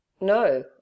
No